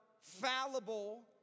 fallible